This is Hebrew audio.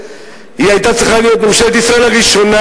היא היתה צריכה להיות ממשלת ישראל הראשונה,